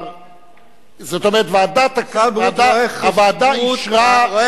הוועדה אישרה את,